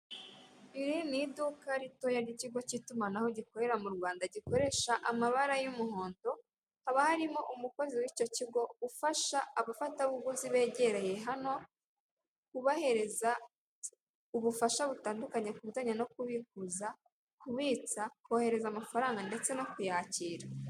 Iri ni iduka ritoya ry'ikigo kitumanaho gikorera mu Rwanda gikoresha amabara y'umuhondo, haba harimo umukozi w'icyo kigo ufasha abatabuguzi begereye hano kubahereza ubufasha butandukanye kubijyanye no kubikuza, kubitsa, kohereza amafaranga ndetse no kuyakira.